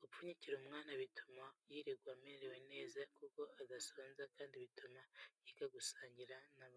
gupfunyikira umwana bituma yirirwa amerewe neza kuko adasonza kandi bituma yiga gusangira n'abandi.